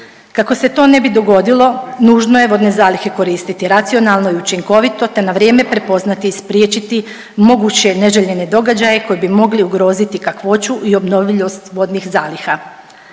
Kako se to ne bi dogodilo nužno je vodne zalihe koristiti racionalno i učinkovito, te na vrijeme prepoznati i spriječiti moguće neželjene događaje koji bi mogli ugroziti kakvoću i obnovljivost vodnih zaliha.